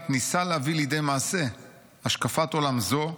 ניסה להביא לידי מעשה השקפת עולם זו,